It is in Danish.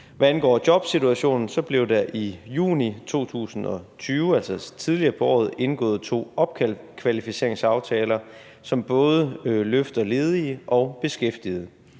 Hvad angår jobsituationen, blev der i juni 2020, altså tidligere på året, indgået to opkvalificeringsaftaler, som både løfter ledige og beskæftigede.